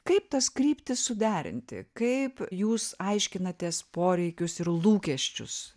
kaip tas kryptis suderinti kaip jūs aiškinatės poreikius ir lūkesčius